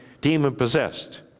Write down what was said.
demon-possessed